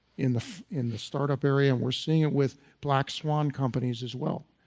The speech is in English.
in the in the startup area and we're seeing it with black swan companies as well.